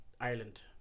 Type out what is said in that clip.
Ireland